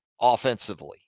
offensively